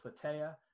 Plataea